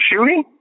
shooting